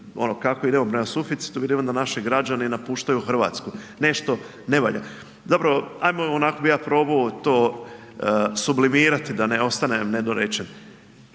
kako idemo prema suficitu vidimo da naši građani napuštaju Hrvatsku. Nešto ne valja. Zapravo ajmo, onako bih ja probao to sublimirati da ne ostanem nedorečen.